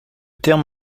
terme